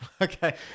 Okay